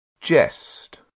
Jest